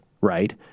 right